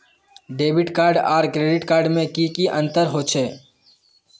Debit card आर credit card में की अंतर होचे?